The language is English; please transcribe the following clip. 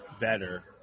better